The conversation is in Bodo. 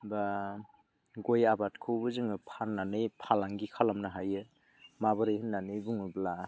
बा गय आबादखौबो जोङो फाननानै फालांगि खालामनो हायो माबोरै होननानै बुङोब्ला